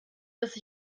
dass